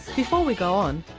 before we go on,